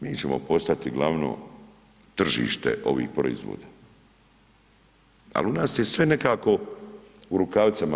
Mi ćemo postati glavno tržište ovih proizvoda, al u nas je sve nekako u rukavicama.